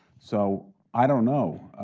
so i don't know.